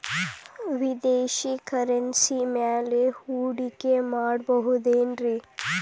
ವಿದೇಶಿ ಕರೆನ್ಸಿ ಮ್ಯಾಲೆ ಹೂಡಿಕೆ ಮಾಡಬಹುದೇನ್ರಿ?